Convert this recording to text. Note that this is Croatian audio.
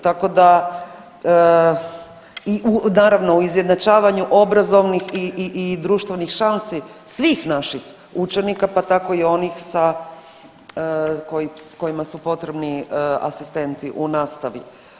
Tako da naravno i u izjednačavanju obrazovnih i društvenih šansi svih naših učenika, pa tako i onih sa, kojima su potrebni asistenti u nastavi.